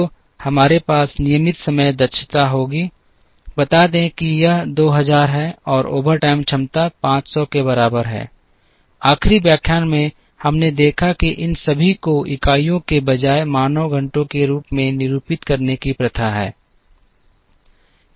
तो हमारे पास नियमित समय क्षमता होगी बता दें कि यह 2000 है और ओवरटाइम क्षमता 500 के बराबर है आखिरी व्याख्यान में हमने देखा कि इन सभी को इकाइयों के बजाय मानव घंटों के रूप में निरूपित करने की प्रथा है